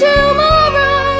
Tomorrow